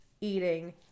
eating